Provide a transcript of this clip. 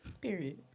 Period